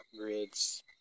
upgrades